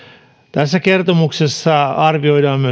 tässä kertomuksessa arvioidaan